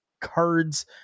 cards